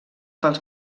pels